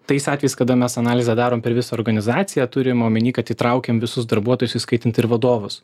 tais atvejais kada mes analizę darom per visą organizaciją turim omeny kad įtraukiam visus darbuotojus įskaitant ir vadovus